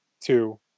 two